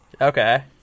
Okay